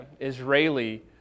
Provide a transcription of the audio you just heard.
Israeli